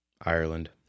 Ireland